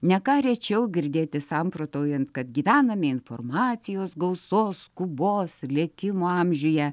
ne ką rečiau girdėti samprotaujant kad gyvenam informacijos gausos skubos lėkimo amžiuje